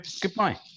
goodbye